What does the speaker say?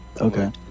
Okay